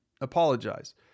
apologize